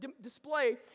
display